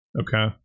Okay